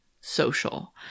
social